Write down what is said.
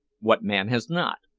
what man has not?